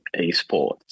esports